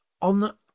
on